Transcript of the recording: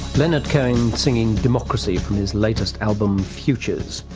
leonard cohen singing democracy from his latest album futures.